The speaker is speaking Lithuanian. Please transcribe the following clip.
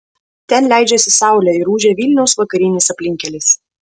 ten leidžiasi saulė ir ūžia vilniaus vakarinis aplinkkelis